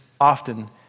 often